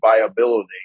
viability